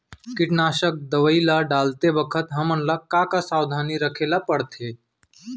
कीटनाशक दवई ल डालते बखत हमन ल का का सावधानी रखें ल पड़थे?